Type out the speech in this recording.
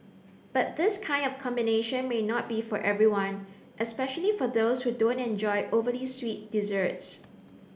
but this kind of combination may not be for everyone especially for those who don't enjoy overly sweet desserts